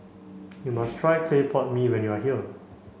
you must try Clay Pot Mee when you are here